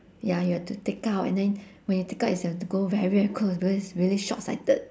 ya you have to take out and then when you take out is you have to go very very close because it's really short-sighted